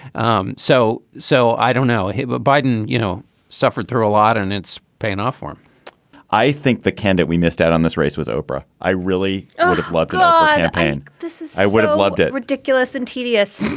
um so so i don't know. but biden, you know, suffered through a lot and it's paying off for him i think the candor we missed out on this race with oprah i really out of luck. um ah palin this is i would have loved it. ridiculous and tedious.